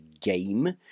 game